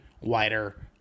wider